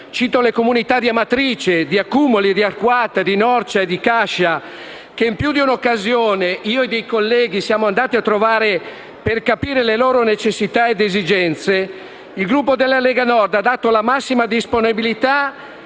(cito le comunità di Amatrice, di Accumoli, di Arquata del Tronto, di Norcia e di Cascia), che in più di un'occasione io e alcuni colleghi siamo andati a trovare per capire le loro necessità ed esigenze, il Gruppo della Lega Nord ha dato la massima disponibilità